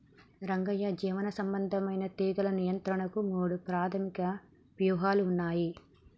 రంగయ్య జీవసంబంధమైన తీగలు నియంత్రణకు మూడు ప్రాధమిక వ్యూహాలు ఉన్నయి